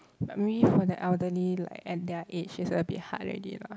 but maybe for the elderly like at their age is a bit hard already lah